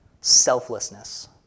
selflessness